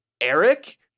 Eric